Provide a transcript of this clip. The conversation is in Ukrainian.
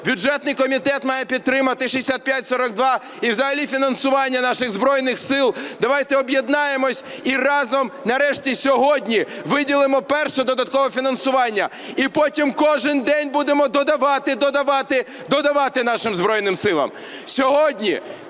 бюджетний комітет має підтримати 6542, і взагалі фінансування наших Збройних Сил, давайте об'єднаємося і разом нарешті сьогодні виділимо перше додаткове фінансування, і потім кожен день будемо додавати, додавати,